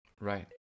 Right